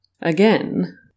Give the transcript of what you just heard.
again